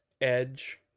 Edge